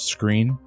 Screen